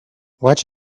watch